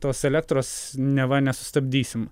tos elektros neva nesustabdysim